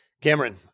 Cameron